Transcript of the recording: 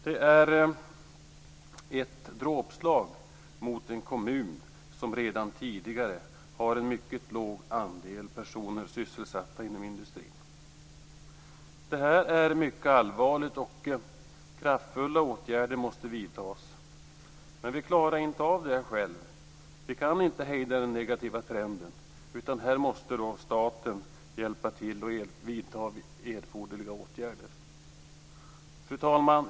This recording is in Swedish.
Det är ett dråpslag mot en kommun som redan tidigare har en mycket låg andel personer sysselsatta inom industrin. Det här är mycket allvarligt, och kraftfulla åtgärder måste vidtas. Men vi klarar inte av det själva. Vi kan inte hejda den negativa trenden, utan här måste staten hjälpa till och vidta erforderliga åtgärder. Fru talman!